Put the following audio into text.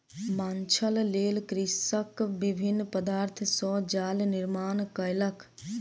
माँछक लेल कृषक विभिन्न पदार्थ सॅ जाल निर्माण कयलक